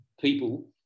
people